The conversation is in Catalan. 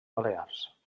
balears